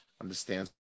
understands